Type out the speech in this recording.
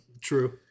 True